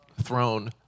throne